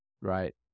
right